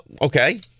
Okay